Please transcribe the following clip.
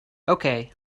okay